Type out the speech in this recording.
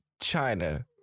China